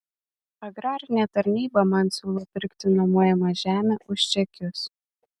agrarinė tarnyba man siūlo pirkti nuomojamą žemę už čekius